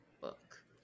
book